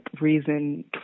reason